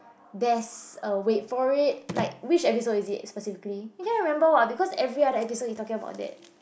there's a wait for it like which episode is it specifically you can't remember [what] because every other single episode he talking about that